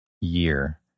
year